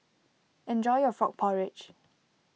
enjoy your Frog Porridge